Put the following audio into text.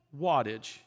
wattage